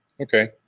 Okay